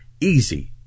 Easy